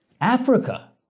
Africa